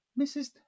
Mrs